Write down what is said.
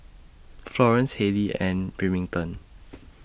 Florence Halley and Remington